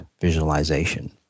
visualization